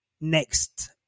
next